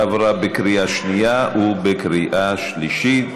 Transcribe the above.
עברה בקריאה שנייה ובקריאה שלישית.